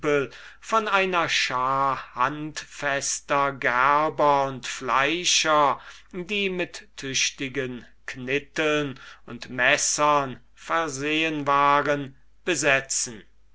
von einer schar handfester gerber und fleischer die mit tüchtigen knitteln und messern versehen waren besetzen